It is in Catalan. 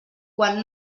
quan